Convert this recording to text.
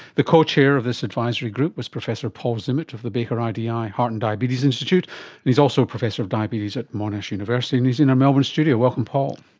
the co-chair of this advisory group was professor paul zimmet of the baker idi heart and diabetes institute and he's also professor of diabetes at monash university, and he's in our melbourne studio. welcome paul.